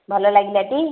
ଭଲ ଲାଗିଲାଟି